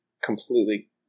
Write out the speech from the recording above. completely